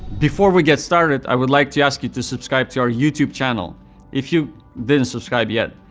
before we get started, i would like to ask you to subscribe to our youtube channel if you didn't subscribe yet.